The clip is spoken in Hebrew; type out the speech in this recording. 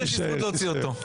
שיש לי זכות להוציא אותו.